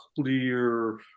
clear